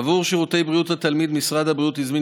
עבור שירותי בריאות התלמיד משרד הבריאות הזמין